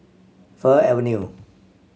Fir Avenue